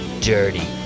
dirty